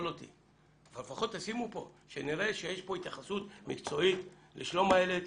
אבל לפחות שנראה שיש פה התייחסות מקצועית לשלום הילד,